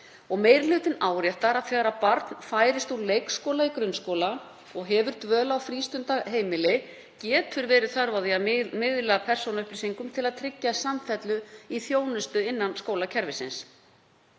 Meiri hlutinn áréttar að þegar barn færist úr leikskóla í grunnskóla og hefur dvöl á frístundaheimili getur verið þörf á miðlun persónuupplýsinga til að tryggja samfellu í þjónustu innan skólakerfisins,